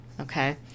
Okay